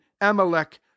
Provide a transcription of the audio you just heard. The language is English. Amalek